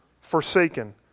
forsaken